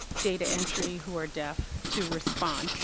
data entry who are deaf to respond.